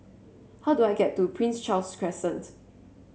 how do I get to Prince Charles Crescent